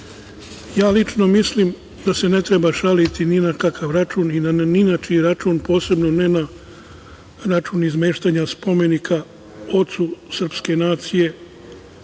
bare. Lično mislim da se ne treba šaliti ni na kakav račun, ni na čiji račun, posebno ne na račun izmeštanja spomenika ocu srpske nacije